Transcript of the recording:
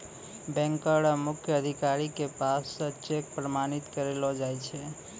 बैंको र मुख्य अधिकारी के पास स चेक प्रमाणित करैलो जाय छै